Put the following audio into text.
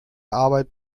arbeit